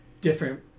different